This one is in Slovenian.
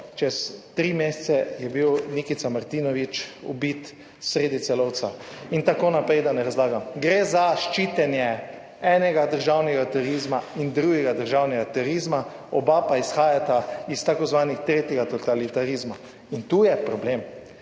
čez tri mesece je bil Nikica Martinović ubit sredi Celovca. In tako naprej, da ne razlagam. Gre za ščitenje enega državnega turizma in drugega državnega turizma, oba pa izhajata iz tako imenovanih tretjega totalitarizma. In tu je problem.